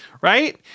right